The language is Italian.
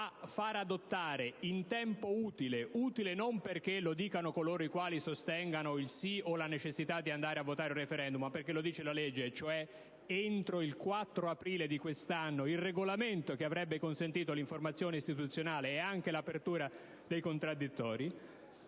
a fare adottare in tempo utile il regolamento: utile non perché lo dicono coloro i quali sostengono il sì o la necessità di andare a votare sui *referendum*, ma perché la legge prevede che, entro il 4 aprile di quest'anno, il regolamento avrebbe dovuto consentire l'informazione istituzionale nonché l'apertura dei contraddittori.